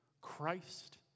Christ